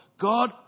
God